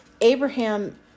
Abraham